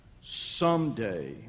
Someday